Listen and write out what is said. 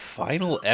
final